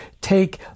take